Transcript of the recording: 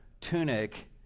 tunic